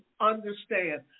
understand